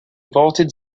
vaulted